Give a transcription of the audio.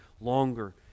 longer